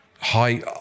high